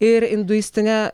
ir induistinė